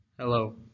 Hello